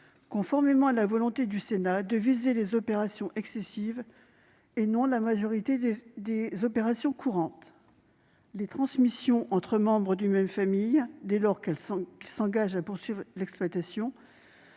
conformément à la volonté du Sénat de viser les opérations excessives, et non la majorité des opérations courantes. Les transmissions entre membres d'une même famille, dès lors qu'ils s'engagent à poursuivre l'exploitation,